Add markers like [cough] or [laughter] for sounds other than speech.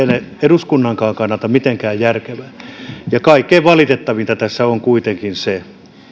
[unintelligible] ole eduskunnankaan kannalta mitenkään järkevää kaikkein valitettavinta tässä on kuitenkin se